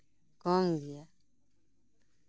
ᱠᱚᱢ ᱠᱚᱢ ᱜᱮᱭᱟ